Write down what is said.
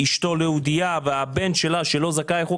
אשתו לא יהודייה והבן שלה שלא זכאי לחוק